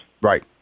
Right